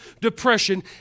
depression